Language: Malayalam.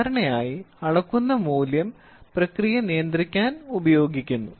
സാധാരണയായി അളക്കുന്ന മൂല്യം പ്രക്രിയ നിയന്ത്രിക്കാൻ ഉപയോഗിക്കുന്നു